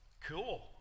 Cool